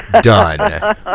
done